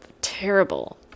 terrible